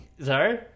sorry